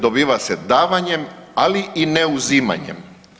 Dobiva se davanjem, ali i ne uzimanjem.